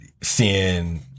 seeing